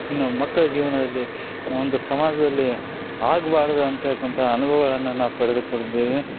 ಇನ್ನು ಮಕ್ಳು ಜೀವನದಲ್ಲಿ ಒಂದು ಸಮಾಜದಲ್ಲಿ ಆಗ್ಬಾರ್ದು ಅಂತಕ್ಕಂಥ ಅನುಭವಗಳನ್ನ ನಾನು ಪಡೆದುಕೊಂಡಿದ್ದೇನೆ